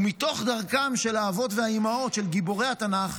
ומתוך דרכם של האבות והאימהות, של גיבורי התנ"ך,